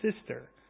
sister